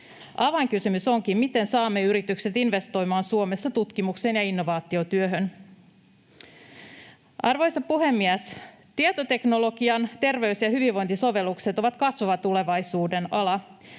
Avainkysymys onkin, miten saamme yritykset investoimaan Suomessa tutkimukseen ja innovaatiotyöhön. Arvoisa puhemies! Tietoteknologian terveys- ja hyvinvointisovellukset ovat kasvava tulevaisuuden ala.